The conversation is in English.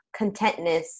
contentness